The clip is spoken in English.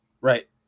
Right